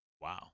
Wow